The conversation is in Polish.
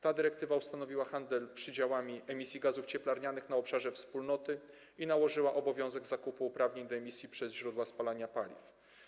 Ta dyrektywa ustanowiła handel przydziałami emisji gazów cieplarnianych na obszarze Wspólnoty i nałożyła obowiązek zakupu uprawnień do emisji przez źródła spalania paliw.